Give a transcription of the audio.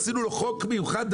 עשינו לו חוק מיוחד,